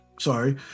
Sorry